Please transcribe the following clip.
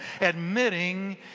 admitting